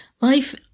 Life